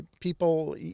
people